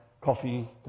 coffee